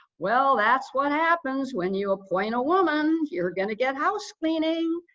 well, that's what happens when you appoint a woman. you're going to get house cleaning.